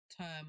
term